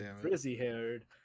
frizzy-haired